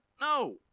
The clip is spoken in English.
No